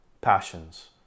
passions